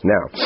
Now